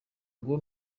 ngo